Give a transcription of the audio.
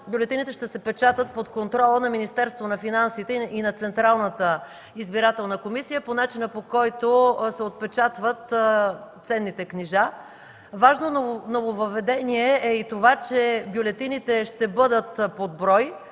бюлетините ще се печатат под контрола на Министерството на финансите и на Централната избирателна комисия по начина, по който се отпечатват ценните книжа. Важно нововъведение е и това, че бюлетините ще бъдат под брой,